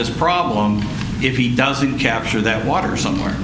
this problem if he doesn't capture that water somewhere